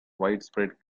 widespread